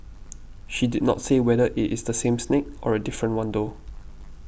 she did not say whether it is the same snake or a different one though